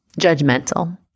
judgmental